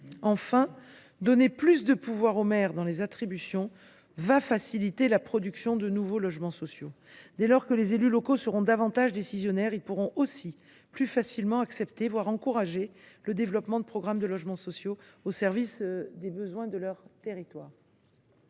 Enfin, donner plus de pouvoir aux maires en matière d’attribution doit faciliter la production de nouveaux logements sociaux. Dès lors que les élus locaux seront davantage décisionnaires, ils pourront aussi plus facilement accepter, voire encourager, le développement de programmes de logements sociaux afin de répondre aux besoins de leurs territoires.